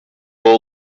all